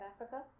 Africa